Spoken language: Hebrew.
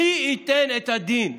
מי ייתן את הדין?